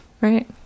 Right